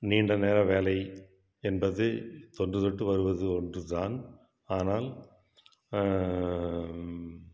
நீண்ட நேர வேலை என்பது தொன்றுத்தொட்டு வருவது ஒன்று தான் ஆனால்